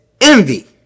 envy